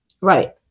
Right